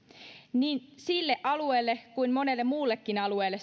niin sille alueelle kuin monelle muullekin alueelle